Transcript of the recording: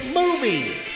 movies